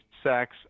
sex